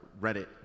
reddit